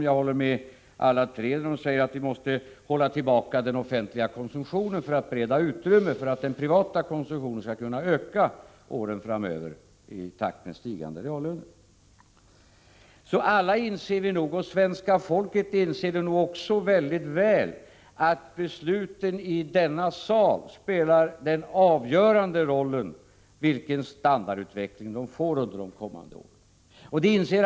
Jag instämmer med alla tre talarna när de säger att vi måste hålla tillbaka den offentliga konsumtionen för att bereda utrymme, så att den privata konsumtionen kan öka under åren framöver i takt med stigande reallöner. Så alla inser vi nog — och svenska folket inser nog också väldigt väl — att besluten i denna sal spelar den avgörande rollen för vilken standardutveckling medborgarna får under de kommande åren.